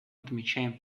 отмечаем